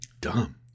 Dumb